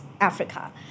Africa